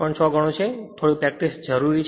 6 ગણો છે તેની થોડો પ્રેક્ટિસ જરૂરી છે